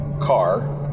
car